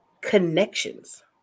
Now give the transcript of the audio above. connections